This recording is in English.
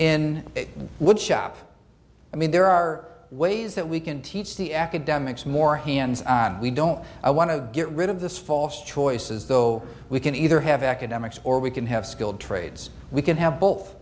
wood shop i mean there are ways that we can teach the academics more hands on and we don't want to get rid of this false choices though we can either have academics or we can have skilled trades we can have both